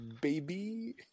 baby